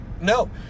no